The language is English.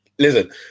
Listen